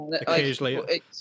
Occasionally